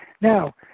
Now